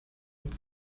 had